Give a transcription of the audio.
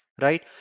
Right